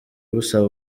busaba